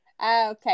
okay